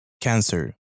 cancer